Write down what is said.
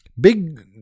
big